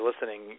listening